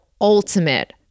ultimate